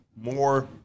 more